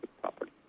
property